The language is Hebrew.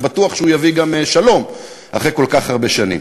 ובטוח שהוא יביא גם שלום אחרי כל כך הרבה שנים.